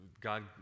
God